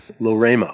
Loremo